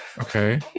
Okay